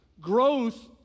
growth